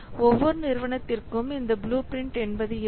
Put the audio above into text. ஒவ்வொரு நிறுவனத்திற்கும் இந்த ப்ளூ பிரிண்ட் என்பது இருக்கும்